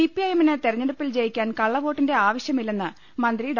സിപിഐഎമ്മിന് തെരഞ്ഞെടുപ്പിൽ ജയിക്കാൻ കള്ളവോട്ടിന്റെ ആവശ്യമില്ലെന്ന് മന്ത്രി ഡോ